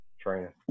training